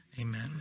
Amen